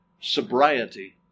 sobriety